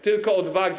Tylko odwagi.